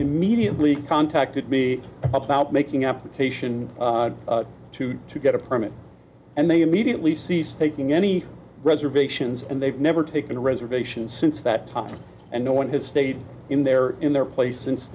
immediately contacted me about making application to to get a permit and they immediately cease taking any reservations and they've never taken reservations since that time and no one has stayed in their in their place since